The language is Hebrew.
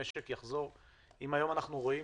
אם היום אנחנו רואים